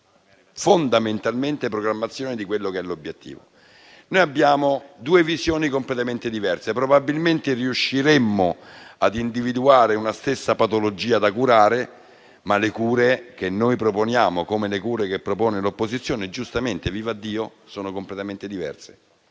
fondamentalmente, vi è programmazione di quello che è l'obiettivo. Noi abbiamo due visioni completamente diverse. Probabilmente, riusciremmo ad individuare una stessa patologia da curare, ma le cure che noi proponiamo, come le cure che propone l'opposizione, giustamente, vivaddio, sono completamente diverse.